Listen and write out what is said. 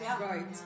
Right